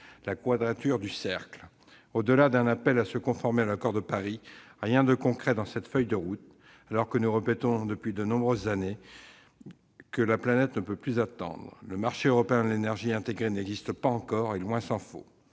la quadrature du cercle. Au-delà d'un appel à se conformer à l'accord de Paris, il n'y a rien de concret dans cette feuille de route. Pourtant, nous répétons depuis de nombreuses années que la planète ne peut plus attendre. Le marché européen de l'énergie intégré n'existe pas encore, tant s'en faut.